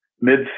mid